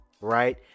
right